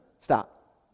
stop